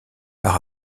par